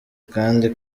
kandi